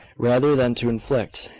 rather than to inflict,